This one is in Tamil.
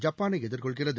ஜப்பானை எதிர்கொள்கிறது